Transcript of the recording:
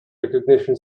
recognition